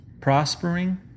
prospering